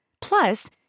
Plus